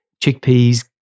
chickpeas